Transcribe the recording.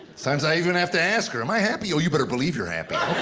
sometimes i even have to ask her, am i happy? oh, you better believe you're happy.